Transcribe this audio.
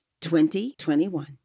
2021